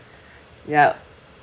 ya